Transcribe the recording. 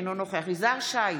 אינו נוכח יזהר שי,